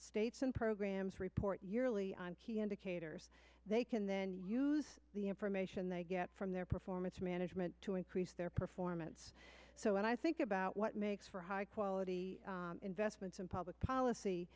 states and programs report yearly on key indicators they can then use the information they get from their performance management to increase their performance so i think about what makes for high quality investments in public policy